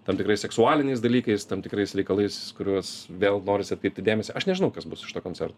tam tikrais seksualiniais dalykais tam tikrais reikalais kuriuos vėl norisi atkreipti dėmesį aš nežinau kas bus iš to koncerto